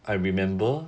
I remember